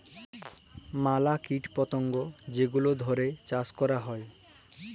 ম্যালা কীট পতঙ্গ যেগলা ধ্যইরে চাষ ক্যরা হ্যয়